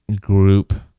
group